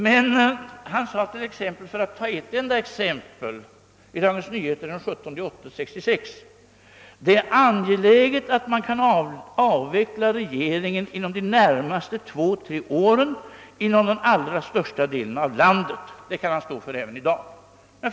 Men jag vill ge ett enda exempel på ett yttrande som han fällt och som citerades i Dagens Nyheter den 17 augusti 1966: »Det är angeläget att man kan avveckla regleringen inom de närmaste 2—3 åren inom den allra största delen av landet.» Det kan han stå för även i dag.